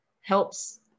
helps